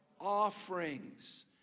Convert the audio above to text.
offerings